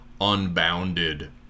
unbounded